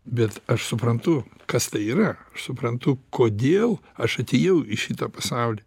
bet aš suprantu kas tai yra aš suprantu kodėl aš atėjau į šitą pasaulį